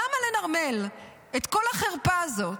למה לנרמל את כל החרפה הזאת?